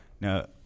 now